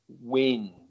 win